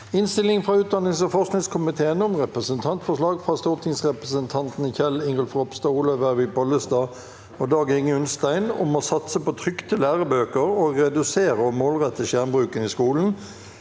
Innstilling fra utdannings- og forskningskomiteen om Representantforslag fra stortingsrepresentantene Kjell Ingolf Ropstad, Olaug Vervik Bollestad og Dag-Inge Ulstein om å satse på trykte lærebøker og redusere og målrette skjermbruken i skolen